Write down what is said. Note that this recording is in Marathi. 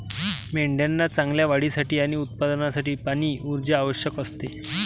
मेंढ्यांना चांगल्या वाढीसाठी आणि उत्पादनासाठी पाणी, ऊर्जा आवश्यक असते